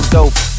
Dope